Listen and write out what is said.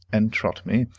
and trot me,